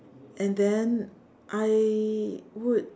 and then I would